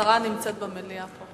השרה נמצאת במליאה.